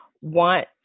want